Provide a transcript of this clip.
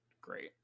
Great